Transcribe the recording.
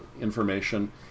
information